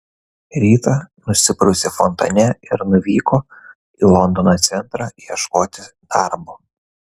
rytą nusiprausė fontane ir nuvyko į londono centrą ieškoti darbo